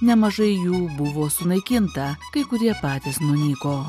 nemažai jų buvo sunaikinta kai kurie patys nunyko